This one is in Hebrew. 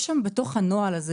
בתוך הנוהל הזה,